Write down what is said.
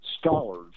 scholars